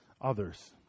others